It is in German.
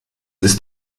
ist